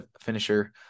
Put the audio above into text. finisher